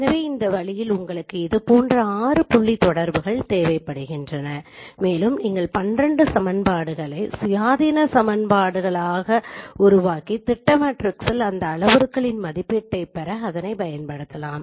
எனவே இந்த வழியில் உங்களுக்கு இதுபோன்று ஆறு புள்ளி தொடர்புகள் தேவைப்படுகின்றன மேலும் நீங்கள் பன்னிரண்டு சமன்பாடுகளை சுயாதீன சமன்பாடுகளாக உருவாக்கி திட்ட மேட்ரிக்ஸின் இந்த அளவுருக்களின் மதிப்பீட்டைப் பெற அதைப் பயன்படுத்தலாம்